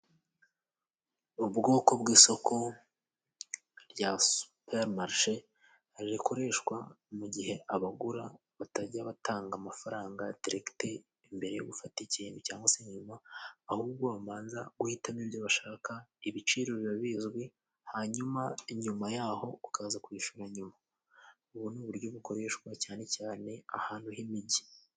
Ubwoko bw'isoko rya superimarishe rikoreshwa mu gihe abagura batajya batanga amafaranga diregite mbere yo gufata ikintu cyangwa se nyuma. Ahubwo babanza guhitamo ibyo bashaka, ibiciro biba bizwi, hanyuma inyuma y'aho ukaza kwishyura nyuma. Ubu ni uburyo bukoreshwa cyane cyane ahantu h'imijyi.